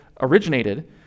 originated